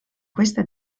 questa